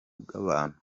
bw’abantu